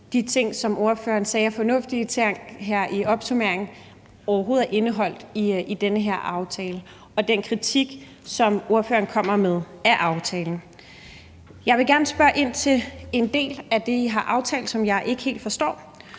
de ting, som ordføreren sagde her i opsummeringen er fornuftige, overhovedet er indeholdt i den her aftale, og i forhold til den kritik, som ordføreren kommer med af aftalen. Jeg vil gerne spørge ind til en del af det, I har aftalt, og som jeg ikke helt forstår,